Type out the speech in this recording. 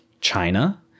china